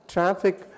Traffic